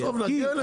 עזוב, נגיע לזה.